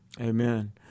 Amen